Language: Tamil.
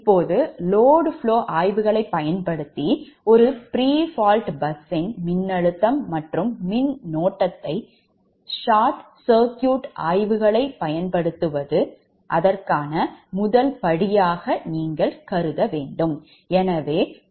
இப்போது load flow ஆய்வுகளைப் பயன்படுத்தி pre fault பஸ் யின் மின்னழுத்தம் மற்றும் line மின்னோட்டத்தைப் பெறுவதற்கு short குறுகியசுற்று யை ஆய்வுகளுக்கான முதல் படியாக நீங்கள் கருதுகிறீர்கள்